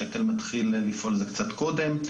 כשההיטל מתחיל לפעול זה קצת קודם.